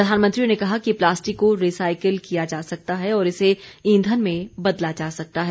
प्रधानमंत्री ने कहा कि प्लास्टिक को रिसाइकिल किया जा सकता है और इसे ईंधन में बदला जा सकता है